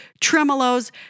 Tremolo's